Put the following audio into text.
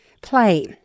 Play